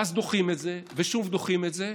ואז דוחים את זה, ושוב דוחים את זה.